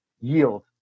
yield